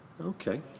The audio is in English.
Okay